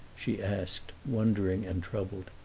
she asked, wondering and troubled.